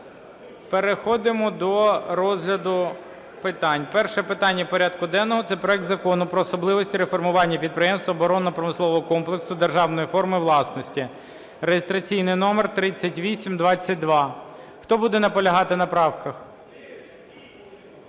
Переходимо до розгляду питань. Перше питання порядку денного – це проект Закону про особливості реформування підприємств оборонно-промислового комплексу державної форми власності (реєстраційний номер 3822). Хто буде наполягати на правках?